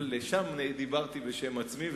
אבל שם דיברתי בשם עצמי,